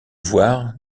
voir